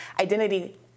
identity